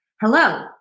Hello